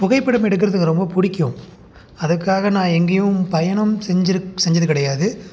புகைப்படம் எடுக்கறதுக்கு ரொம்ப பிடிக்கும் அதுக்காக நான் எங்கேயும் பயணம் செஞ்சிருக் செஞ்சது கிடையாது